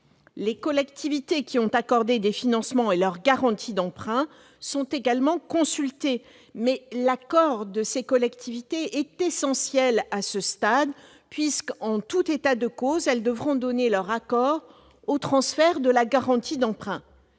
Les collectivités qui ont accordé des financements et leur garantie d'emprunt sont également consultées, mais l'accord de ces collectivités est essentiel à ce stade puisque, en tout état de cause, elles devront donner leur accord au transfert de la garantie d'emprunt.